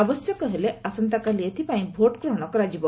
ଆବଶ୍ୟକ ହେଲେ ଆସନ୍ତାକାଲି ଏଥିପାଇଁ ଭୋଟ୍ ଗ୍ରହଣ କରାଯିବ